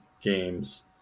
games